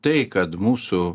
tai kad mūsų